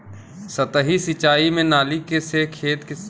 सतही सिंचाई में नाली से खेत के सिंचाई कइल जाला